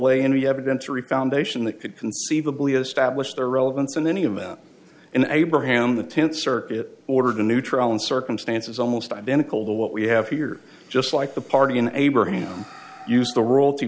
lay any evidentiary foundation that could conceivably establish their relevance in any event and abraham in the tenth circuit ordered a new trial in circumstances almost identical to what we have here just like the party in abraham used the royalty